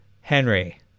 Henry